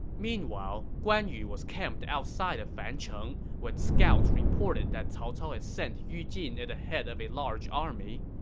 meanwhile, guan yu was camped outside of fancheng when scouts reported that cao cao had sent yu jin at the head of a large army.